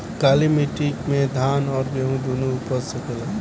काली माटी मे धान और गेंहू दुनो उपज सकेला?